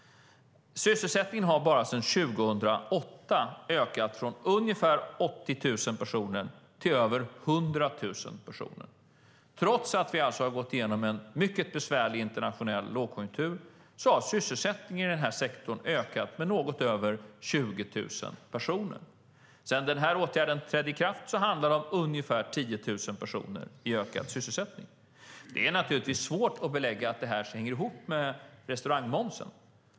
Sysselsättningen har bara sedan 2008 ökat från ungefär 80 000 personer till över 100 000 personer. Trots att vi alltså har gått igenom en mycket besvärlig internationell lågkonjunktur har sysselsättningen i den här sektorn ökat med något över 20 000 personer. Sedan den här åtgärden trädde i kraft handlar det om ungefär 10 000 personer i ökad sysselsättning. Det är naturligtvis svårt att belägga att det här hänger ihop med restaurangmomsen.